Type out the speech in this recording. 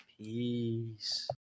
Peace